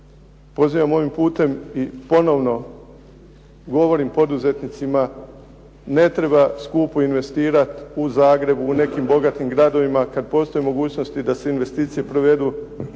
Pozivam ovim putem i ponovno govorim poduzetnicima, ne treba skupo investirati u Zagrebu, u nekim bogatim gradovima, kad postoje mogućnosti da se investicije provedu u manjim